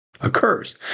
occurs